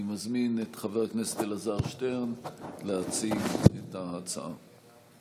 אני מזמין את חבר הכנסת אלעזר שטרן להציג את ההצעה.